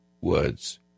words